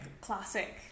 classic